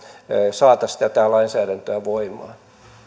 saataisi tätä lainsäädäntöä voimaan